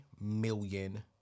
million